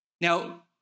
Now